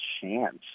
chance